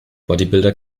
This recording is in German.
bodybuilder